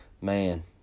man